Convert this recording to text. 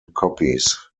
copies